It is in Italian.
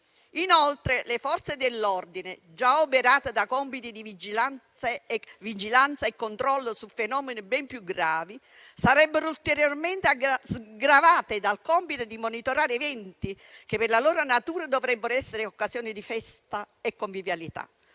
Inoltre, le Forze dell'ordine, già oberate da compiti di vigilanza e controllo su fenomeni ben più gravi, sarebbero ulteriormente gravate dal compito di monitorare eventi che per loro natura dovrebbero essere occasione di festa e convivialità.